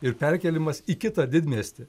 ir perkėlimas į kitą didmiestį